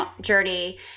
journey